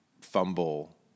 fumble